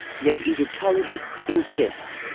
yet egyptologists insist.